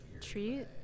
treat